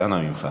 אנא ממך,